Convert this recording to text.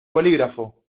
bolígrafo